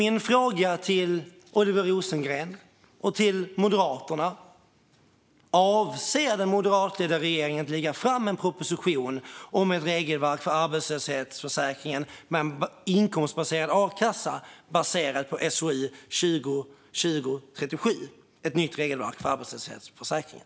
Min fråga till Oliver Rosengren och Moderaterna är därför om den moderatledda regeringen avser att lägga fram en proposition om ett regelverk för arbetslöshetsförsäkringen med en inkomstbaserad a-kassa baserad på SOU 2020:37 Ett nytt regelverk för arbetslöshetsförsäkringen .